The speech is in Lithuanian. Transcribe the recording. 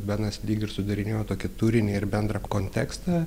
benas lyg ir sudarinėjo tokį turinį ir bendrą kontekstą